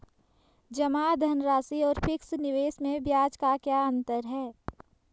जमा धनराशि और फिक्स निवेश में ब्याज का क्या अंतर है?